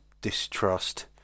distrust